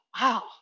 wow